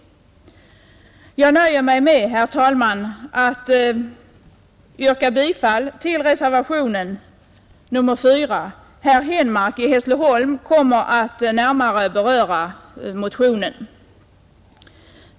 Jag nöjer mig, herr talman, med detta yrkande om bifall till reservationen 4. Herr Henmark kommer att närmare beröra motionen.